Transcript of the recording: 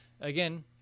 Again